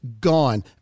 gone